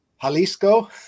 Jalisco